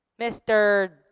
Mr